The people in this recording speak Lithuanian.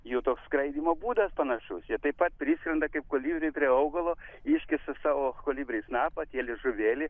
jų toks skraidymo būdas panašus jie taip pat priskrenda kaip kolibriai prie augalo iškiša savo kolibriai snapą tie liežuvėlį